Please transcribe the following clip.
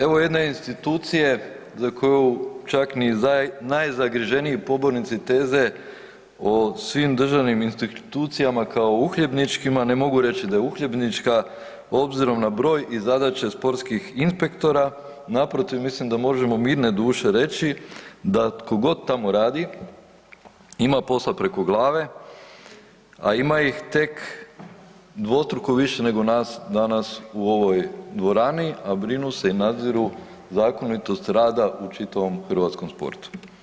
Evo jedne institucije za koju čak ni najzagriženiji pobornici teze o svim državnim institucijama kao uhljebničkima, ne mogu reći da je uhljebnička obzirom na broj i zadaće sportskih inspektora, naprotiv, mislim da možemo mirne duše reći da tko god tamo radi ima posla preko glave, a ima ih tek dvostruko više nego nas danas u ovoj dvorani, a brinu se i nadziru zakonitost rada u čitavom hrvatskom sportu.